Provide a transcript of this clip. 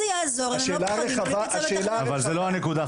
אבל זו לא הנקודה.